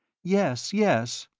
yes, yes.